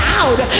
out